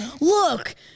Look